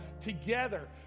together